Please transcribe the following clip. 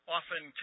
often